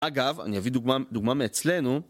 אגב, אני אביא דוגמא מאצלנו.